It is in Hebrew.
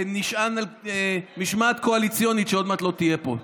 שנשען על משמעת קואליציונית שעוד מעט לא תהיה פה.